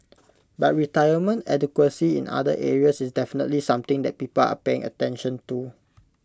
but retirement adequacy in other areas is definitely something that people are paying attention to